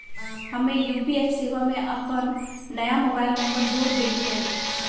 हम्मे यू.पी.आई सेवा में अपन नया मोबाइल नंबर जोड़ देलीयी